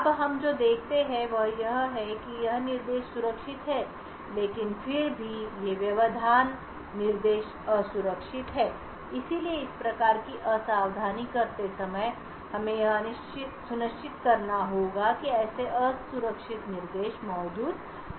अब हम जो देखते हैं वह यह है कि यह निर्देश सुरक्षित है लेकिन फिर भी ये व्यवधान निर्देश असुरक्षित हैं इसलिए इस प्रकार की असावधानी करते समय हमें यह सुनिश्चित करना होगा कि ऐसे असुरक्षित निर्देश मौजूद नहीं हैं